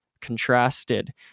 contrasted